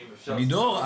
לידור,